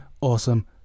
awesome